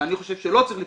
ואני חושב שלא צריך להיפגש,